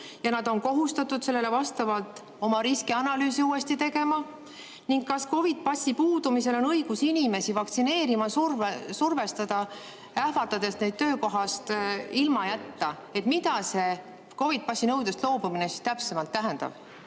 ja nad on kohustatud sellele vastavalt oma riskianalüüsi uuesti tegema, ning kas COVID‑i passi puudumise korral on õigus inimesi vaktsineerima survestada, ähvardades neid töökohast ilma jätta? Mida see COVID‑i passi nõudest loobumine siis täpsemalt tähendab?